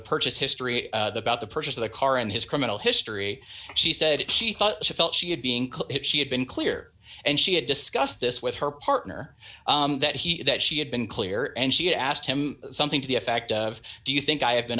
purchase history about the purchase of the car and his criminal history she said she thought she felt she had being called it she had been clear and she had discussed this with her partner that he that she had been clear and she had asked him something to the effect of do you think i have been